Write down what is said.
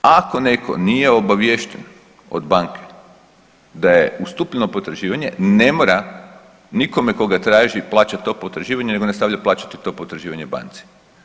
Ako neko nije obaviješten od banke da je ustupljeno potraživanje ne mora nikoga ko ga traži plaćat to potraživanje nego nastavlja plaćati to potraživanje banci.